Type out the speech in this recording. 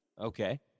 Okay